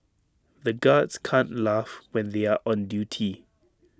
the guards can't laugh when they are on duty